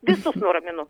visus nuraminu